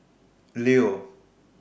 Leo